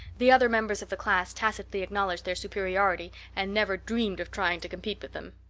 the other members of the class tacitly acknowledged their superiority, and never dreamed of trying to compete with them.